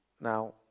Now